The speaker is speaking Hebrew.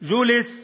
ג'וליס,